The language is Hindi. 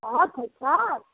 आठ हजार